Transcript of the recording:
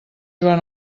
joan